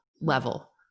level